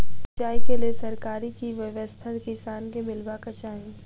सिंचाई केँ लेल सरकारी की व्यवस्था किसान केँ मीलबाक चाहि?